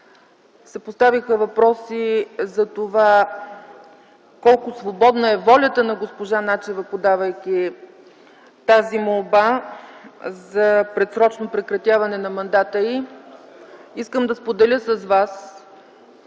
се поставиха въпроси за това колко свободна е волята на госпожа Начева, подавайки тази молба за предсрочно прекратяване на мандата й, искам да споделя с вас,